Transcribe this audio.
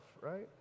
right